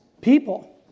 people